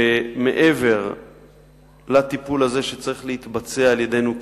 מעבר לטיפול שצריך להתבצע על-ידינו,